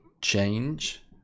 change